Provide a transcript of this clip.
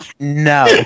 No